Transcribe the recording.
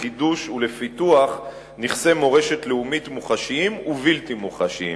לחידוש ולפיתוח של נכסי מורשת לאומית מוחשיים ובלתי מוחשיים,